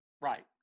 Right